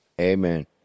Amen